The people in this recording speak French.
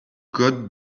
code